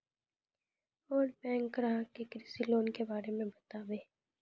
और बैंक ग्राहक के कृषि लोन के बारे मे बातेबे?